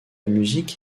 musique